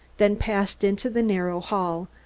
then passed into the narrow hall,